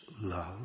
love